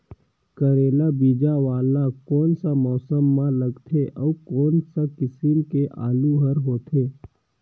करेला बीजा वाला कोन सा मौसम म लगथे अउ कोन सा किसम के आलू हर होथे?